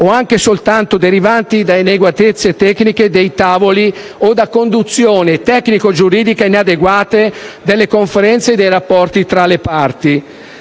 o anche soltanto derivanti da inadeguatezze tecniche dei tavoli o da conduzione tecnico-giuridica inadeguata delle Conferenze e dei rapporti tra le parti.